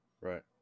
Right